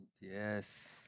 Yes